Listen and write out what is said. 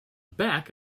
back